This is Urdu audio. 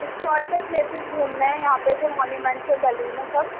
ہسٹوریکل پلیسز گھومنے ہیں یہاں پہ جو مویومینٹس ہیں دلہی میں سب